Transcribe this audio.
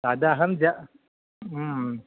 तदहं जज्ञे